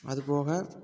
அது போக